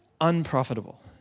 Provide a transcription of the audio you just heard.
unprofitable